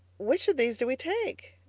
which of these do we take?